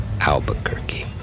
Albuquerque